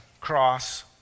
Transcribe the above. cross